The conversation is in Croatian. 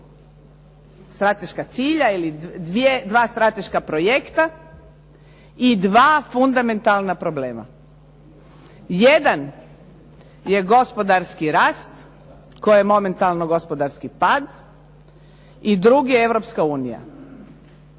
strateška cilja ili dva strateška projekta i dva fundamentalna problema. Jedan je gospodarski rast koji je momentalno gospodarski pad i drugi je Europska unija.